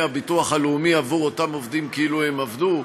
הביטוח הלאומי עבור אותם עובדים כאילו הם עבדו.